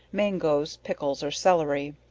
mangoes, pickles or celery.